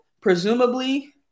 Presumably